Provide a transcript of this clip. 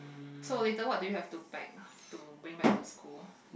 so later what do you have to pack to bring back to school